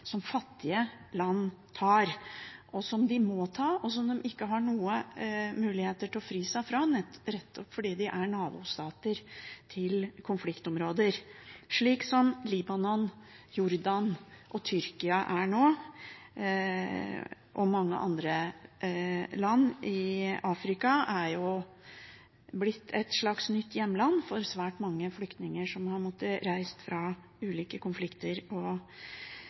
som fattige land tar, og som de må ta, og som de ikke har noen mulighet til å fri seg fra, nettopp fordi de er nabostater til konfliktområder – slik som Libanon, Jordan og Tyrkia er nå. Og mange andre land i Afrika er blitt et slags nytt hjemland for svært mange flyktninger som har måttet reise fra ulike konflikter og vanskelige katastrofer på det